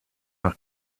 our